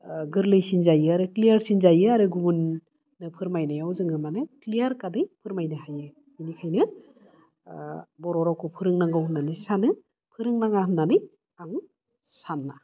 ओह गोरलैसिन जायो आरो क्लियारसिन जायो आरो गुबुन नो फोरमायनायाव जोङो मानो क्लियार गादै फोरमायनो हायो बिनिखायनो ओह बर' रावखौ फोरोंनांगौ होननानै सानो फोरोंनाङा होननानै आं साना